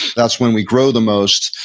that's when we grow the most,